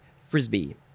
Frisbee